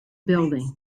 building